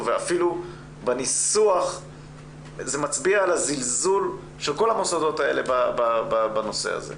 אפילו הניסוח מצביע על הזלזול של כל המוסדות האלה בנושא הזה.